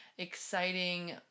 Exciting